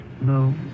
No